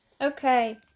okay